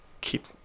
keep